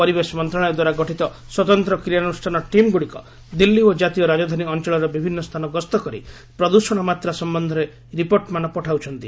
ପରିବେଶ ମନ୍ତ୍ରଣାଳୟଦ୍ୱାରା ଗଠିତ ସ୍ୱତନ୍ତ କ୍ରିୟାନୁଷ୍ଠାନ ଟିମ୍ଗୁଡ଼ିକ ଦିଲ୍ଲୀ ଓ ଜାତୀୟ ରାଜଧାନୀ ଅଞ୍ଚଳର ବିଭିନ୍ନ ସ୍ଥାନ ଗସ୍ତ କରି ପ୍ରଦୃଷଣ ମାତ୍ରା ସମ୍ବନ୍ଧରେ ରିପୋର୍ଟମାନ ପଠାଉଛନ୍ତି